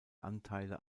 anteile